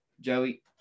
joey